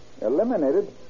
Eliminated